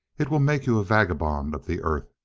it will make you a vagabond of the earth,